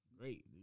Great